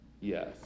Yes